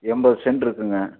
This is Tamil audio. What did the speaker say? எண்பது செண்ட் இருக்குதுங்க